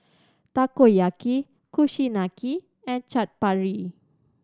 Takoyaki Kushiyaki and Chaat Papri